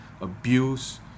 abuse